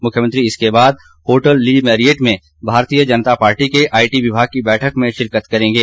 मुख्यमंत्री इसके बाद होटल ली मेरिएट में भारतीय जनता पार्टी के आईटी विभाग की बैठक में शिरकत करेंगे